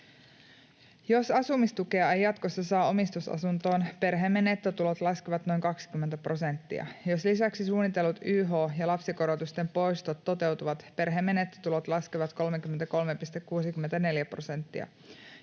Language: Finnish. ”Jos asumistukea ei jatkossa saa omistusasuntoon, perheemme nettotulot laskevat noin 20 prosenttia. Jos lisäksi suunnitellut yh- ja lapsikorotusten poistot toteutuvat, perheemme nettotulot laskevat 33,64 prosenttia.